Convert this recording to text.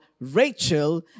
Rachel